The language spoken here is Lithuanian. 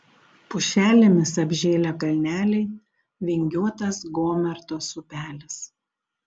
pušelėmis apžėlę kalneliai vingiuotas gomertos upelis